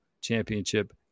Championship